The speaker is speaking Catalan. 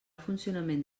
funcionament